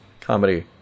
comedy